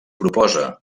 proposa